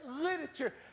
literature